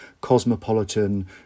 cosmopolitan